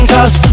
Cause